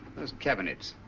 those cabinets,